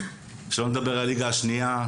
שלא לדבר על הליגה השנייה,